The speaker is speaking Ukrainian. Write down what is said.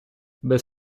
без